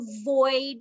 avoid